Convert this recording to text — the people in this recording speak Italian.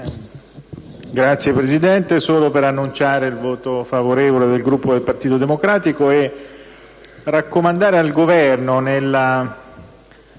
Grazie, Presidente.